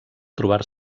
trobar